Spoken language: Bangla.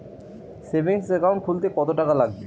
সেভিংস একাউন্ট খুলতে কতটাকা লাগবে?